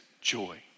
joy